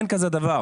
אין כזה דבר,